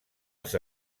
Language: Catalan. els